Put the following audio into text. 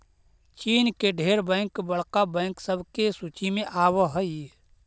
चीन के ढेर बैंक बड़का बैंक सब के सूची में आब हई